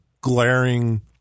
glaring